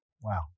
Wow